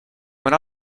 when